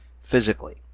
physically